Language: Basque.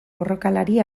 borrokalari